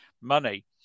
money